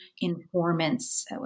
informants